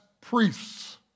priests